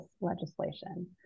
legislation